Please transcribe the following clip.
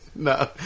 No